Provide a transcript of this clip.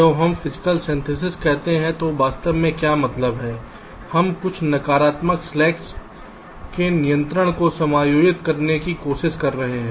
जब हम भौतिक संश्लेषण कहते हैं तो वास्तव में क्या मतलब है हम कुछ नकारात्मक स्लैक्स के नियंत्रण को समायोजित करने की कोशिश कर रहे हैं